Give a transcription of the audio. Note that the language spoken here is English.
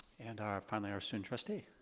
and our, finally our student trustee.